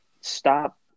stop